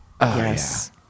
yes